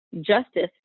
Justice